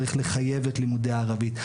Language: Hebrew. צריך לחייב את לימודי הערבית,